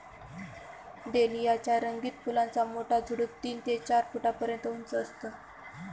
dahlia च्या रंगीत फुलांचा मोठा झुडूप तीन ते चार फुटापर्यंत उंच असतं